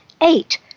Eight